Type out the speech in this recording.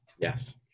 Yes